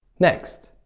next,